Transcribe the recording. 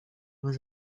was